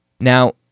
Now